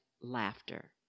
laughter